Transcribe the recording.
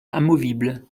amovible